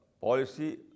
policy